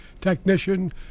technician